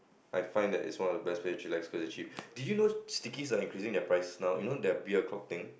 I find it it's one of the best place to chillax cause it's cheap did you know stickies are increasing their price now you know the beer clock thing